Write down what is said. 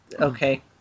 Okay